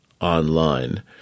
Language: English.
online